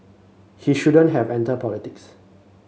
he shouldn't have entered politics